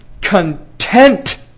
Content